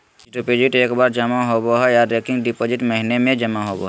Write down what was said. fixed deposit एक बार जमा होबो हय आर रेकरिंग डिपॉजिट महीने में जमा होबय हय